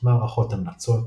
מערכות המלצות,